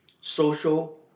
social